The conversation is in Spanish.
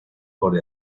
por